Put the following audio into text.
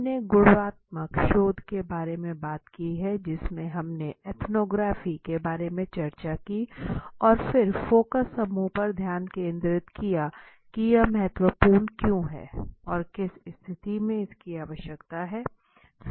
हमने गुणात्मक शोध के बारे में बात की हैं जिसमें हमने एथनोग्राफिक के बारे में चर्चा की और फिर फोकस समूह पर ध्यान केंद्रित किया कि यह महत्वपूर्ण क्यों है और किस स्थिति में इसकी आवश्यकता है